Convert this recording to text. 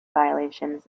violations